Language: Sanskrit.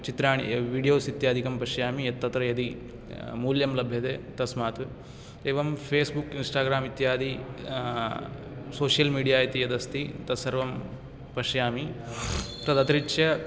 चित्राणि विडियोस् इत्यादिकं पश्यामि यत् तत्र यदि मूल्यं लभ्यते तस्मात् एवं फेस्बुक् इन्स्टाग्राम् इत्यादि सोशियल् मीडिया इति यदस्ति तत् सर्वं पश्यामि तदतिरित्य